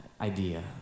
idea